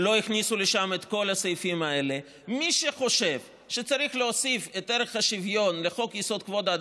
אני עובר לסעיף 2: "שם המדינה הוא 'ישראל'." טיבי,